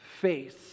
face